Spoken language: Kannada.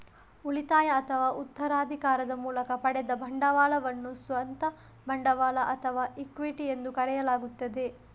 ಉಳಿತಾಯ ಅಥವಾ ಉತ್ತರಾಧಿಕಾರದ ಮೂಲಕ ಪಡೆದ ಬಂಡವಾಳವನ್ನು ಸ್ವಂತ ಬಂಡವಾಳ ಅಥವಾ ಇಕ್ವಿಟಿ ಎಂದು ಕರೆಯಲಾಗುತ್ತದೆ